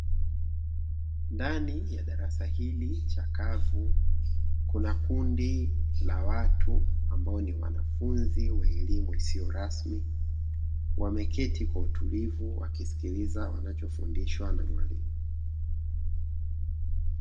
Ndani ya darasa hili chakavu kuna kundi la watu ambao ni wanafunzi wa elimu isiyo rasmi wameketi kwa utulivu wakisikiliza wanacho fundishwa na mwalimu.